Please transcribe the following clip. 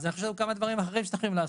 אני חושב על כמה דברים אחרים שצריך לעשות.